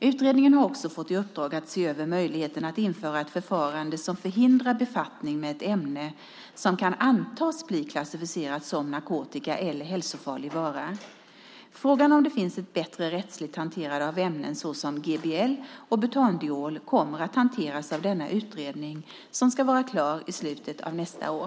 Utredningen har också fått i uppdrag att se över möjligheterna att införa ett förfarande som förhindrar befattning med ett ämne som kan antas bli klassificerat som narkotika eller hälsofarlig vara. Frågan om det finns ett bättre rättsligt hanterande av ämnen såsom GBL och butandiol kommer att hanteras av denna utredning som ska vara klar i slutet av nästa år.